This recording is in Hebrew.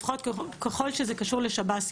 לפחות ככל שזה קשור לשב"ס,